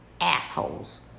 assholes